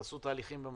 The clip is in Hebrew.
תעשו תהליכים במקביל,